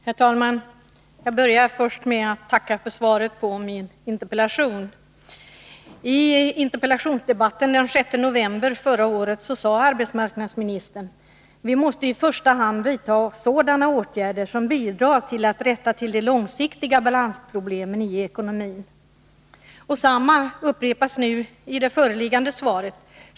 Herr talman! Jag börjar med att tacka för svaret på min interpellation. I interpellationsdebatten den 6 november förra året sade arbetsmarknadsministern: ”Vi måste i första hand vidta sådana åtgärder som bidrar till att rätta till de långsiktiga balansproblemen i ekonomin.” Samma sak upprepas i det nu föreliggande svaret.